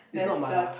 it's not mala